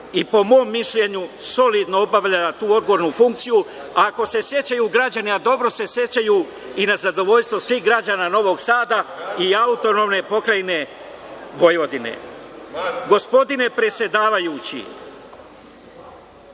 i po mom mišljenju je solidno obavljala tu odgovornu funkciju, ako se sećaju građani, a dobro se sećaju, i na zadovoljstvo svih građana Novog Sada i AP Vojvodine. Gospodine predsedavajući,